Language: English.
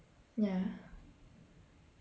ya